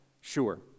sure